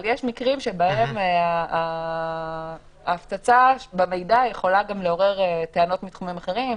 יש מקרים שבהם ההפצצה במידע יכולה גם לעורר טענות מתחומים אחרות,